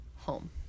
home